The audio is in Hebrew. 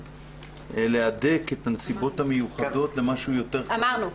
להדק את הנסיבות המיוחדות למשהו יותר --- אמרנו,